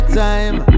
time